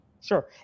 Sure